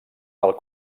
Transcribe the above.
del